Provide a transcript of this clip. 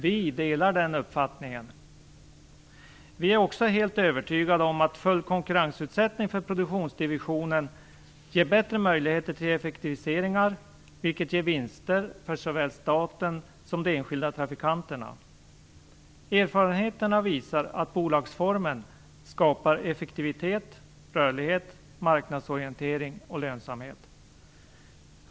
Vi delar den uppfattningen. Vi är också helt övertygade om att full konkurrensutsättning för produktionsdivisionen ger bättre möjligheter till effektiviseringar, vilket ger vinster för såväl staten som de enskilda trafikanterna. Erfarenheterna visar att bolagsformen skapar effektivitet, rörlighet, marknadsorientering och lönsamhet.